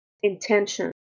intention